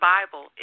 Bible